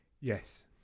yes